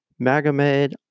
Magomed